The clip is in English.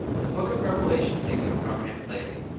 the book of revelation takes a prominent place.